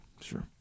Sure